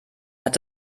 hat